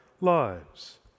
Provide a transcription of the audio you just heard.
lives